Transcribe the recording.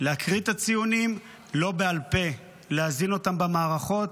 להקריא את הציונים לא בעל פה, להזין אותם במערכות,